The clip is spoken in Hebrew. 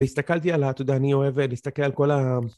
‫הסתכלתי עליה, אתה יודע, ‫אני אוהב להסתכל על כל ה...